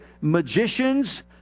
magicians